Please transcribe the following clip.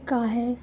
का है